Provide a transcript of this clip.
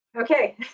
okay